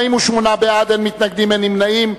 בעד, 48, אין מתנגדים ואין נמנעים.